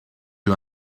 you